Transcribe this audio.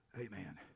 Amen